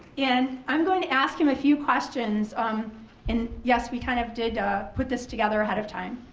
and i'm going to ask him a few questions um and yes we kind of did put this together ahead of time.